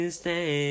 stay